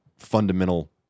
fundamental